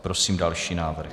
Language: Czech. Prosím o další návrh.